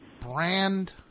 Brand